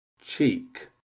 cheek